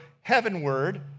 heavenward